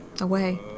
away